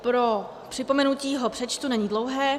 Pro připomenutí ho přečtu, není dlouhý: